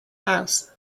house